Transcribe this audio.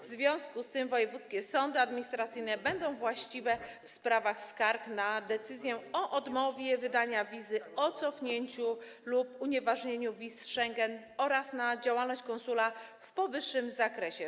W związku z tym wojewódzkie sądy administracyjne będą właściwe w sprawach skarg na decyzje o odmowie wydania wizy, o cofnięciu lub unieważnieniu wiz Schengen oraz na działalność konsula w powyższym zakresie.